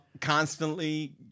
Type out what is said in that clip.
constantly